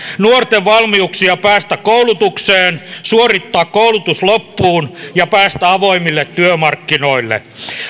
nuorten valmiuksia päästä koulutukseen suorittaa koulutus loppuun ja päästä avoimille työmarkkinoille